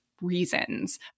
reasons